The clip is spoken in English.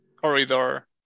corridor